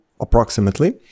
approximately